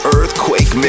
Earthquake